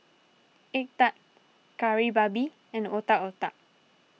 Egg Tart Kari Babi and Otak Otak